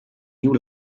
nieuw